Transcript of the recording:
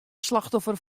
slachtoffer